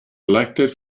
elected